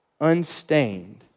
Unstained